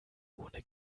ohne